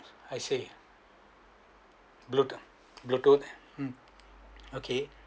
I see blue~ bluetooth okay